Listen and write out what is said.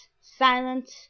silent